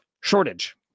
shortage